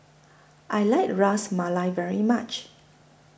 I like Ras Malai very much